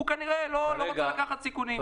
כנראה לא רוצה לקחת סיכונים.